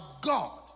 God